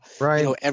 right